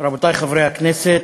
רבותי חברי הכנסת,